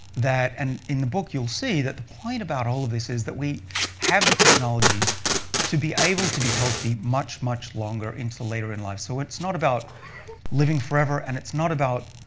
and in the book you'll see that the point about all of this is that we have the technologies to be able to be healthy much, much longer into later in life. so it's not about living forever, and it's not about